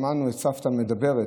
שמענו את סבתא מדברת.